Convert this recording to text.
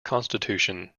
constitution